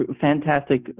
fantastic